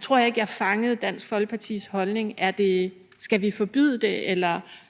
tror jeg ikke jeg fangede Dansk Folkepartis holdning. Skal vi forbyde det, eller